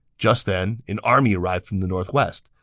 just then, an army arrived from the northwest,